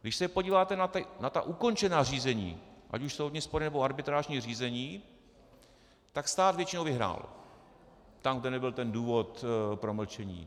Když se podíváte na ta ukončená řízení, ať už soudní spory, nebo arbitrážní řízení, tak stát většinou vyhrál tam, kde nebyl ten důvod promlčení.